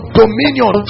dominion